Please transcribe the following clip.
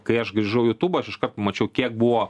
kai aš grįžau į jutubą aš iškart pamačiau kiek buvo